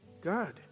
God